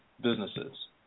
businesses